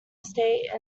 estate